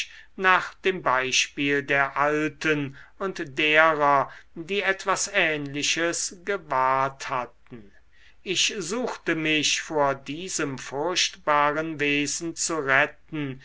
nach dem beispiel der alten und derer die etwas ähnliches gewahrt hatten ich suchte mich vor diesem furchtbaren wesen zu retten